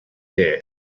there